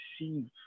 receive